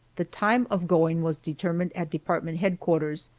the time of going was determined at department headquarters,